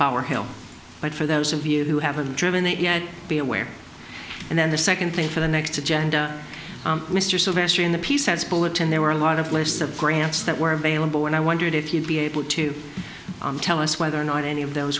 our help but for those of you who haven't driven it yet be aware and then the second thing for the next agenda mr sylvester in the piece has bullet and there were a lot of lists of grants that were available and i wondered if you'd be able to tell us whether or not any of those